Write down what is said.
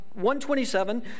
127